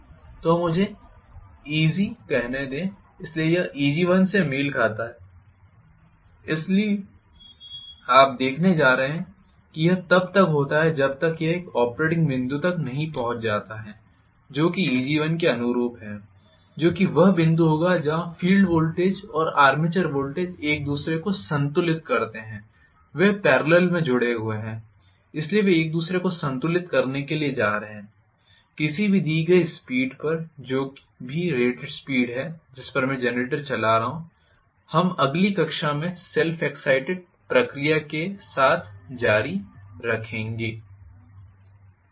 तो मुझे Egकहने दें इसलिए यह Eg1 से मेल खाता है इसलिए आप देखने जा रहे हैं यह तब तक होता है जब तक यह एक ऑपरेटिंग बिंदु तक नहीं पहुंच जाता है जो कि Eg1के अनुरूप है जो कि वह बिंदु होगा जहां फील्ड वोल्टेज और आर्मेचर वोल्टेज एक दूसरे को संतुलित करते हैं वे पेरलल में जुड़े हुए हैं इसलिए वे एक दूसरे को संतुलित करने के लिए जा रहे हैं किसी भी दी गई स्पीड पर जो भी रेटेड स्पीड है जिस पर मैं जेनरेटर चला रहा हूं हम अगली कक्षा में सेल्फ़ एग्ज़ाइटेड प्रक्रिया के साथ जारी रखेंगे